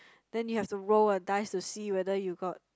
then you have to roll a dice to see whether you got